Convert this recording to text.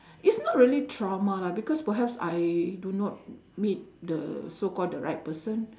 it's not really trauma lah because perhaps I do not need the so-called the right person